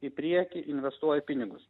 į priekį investuoji pinigus